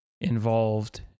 involved